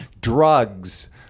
drugs